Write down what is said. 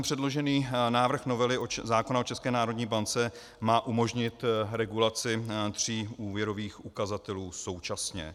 Předložený návrh novely zákona o České národní bance má umožnit regulaci tří úvěrových ukazatelů současně.